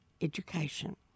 education